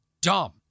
dumb